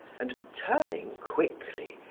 and turning quickly,